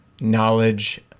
knowledge